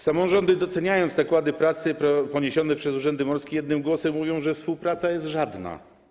Samorządy, doceniając nakłady pracy poniesione przez urzędy morskie, jednym głosem mówią, że współpraca jest żadna.